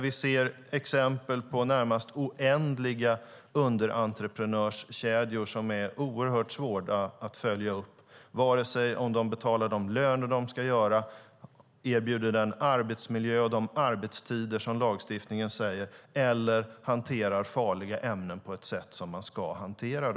Vi ser exempel på närmast oändliga underentreprenörskedjor som är svåra att följa upp vare sig det gäller om de betalar rätt löner, erbjuder den arbetsmiljö och de arbetstider som lagstiftningen säger eller hanterar farliga ämnen på det sätt man ska.